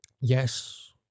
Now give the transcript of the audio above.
Yes